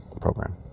program